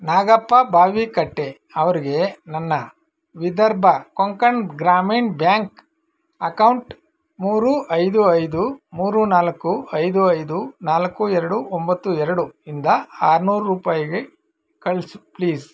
ನಾಗಪ್ಪ ಬಾವಿಕಟ್ಟೆ ಅವ್ರಿಗೆ ನನ್ನ Vidarbha Konkan Gramin bank account ಮೂರು ಐದು ಐದು ಮೂರು ನಾಲ್ಕು ಐದು ಐದು ನಾಲ್ಕು ಎರಡು ಒಂಬತ್ತು ಎರಡು ಇಂದ ಆರು ನೂರು ರೂಪಾಯಿ ಕಳಿಸು ಪ್ಲೀಸ್